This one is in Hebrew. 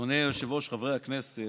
אדוני היושב-ראש, חברי הכנסת,